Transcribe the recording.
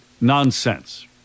nonsense